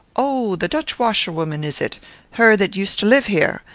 oh, the dutch washerwoman is it her that used to live here?